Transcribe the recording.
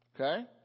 Okay